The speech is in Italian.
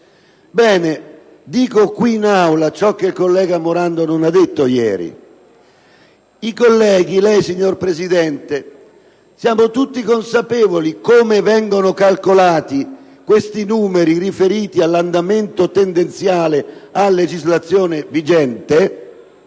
Ebbene, dico qui in Aula ciò che il senatore Morando non ha detto ieri: i colleghi, e lei, signor Presidente, siamo tutti consapevoli di come vengono calcolati i numeri riferiti all'andamento tendenziale a legislazione vigente?